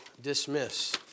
dismiss